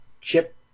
chip